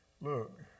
Look